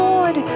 Lord